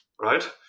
right